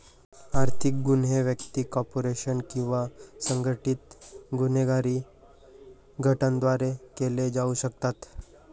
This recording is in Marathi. आर्थिक गुन्हे व्यक्ती, कॉर्पोरेशन किंवा संघटित गुन्हेगारी गटांद्वारे केले जाऊ शकतात